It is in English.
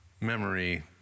memory